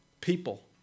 people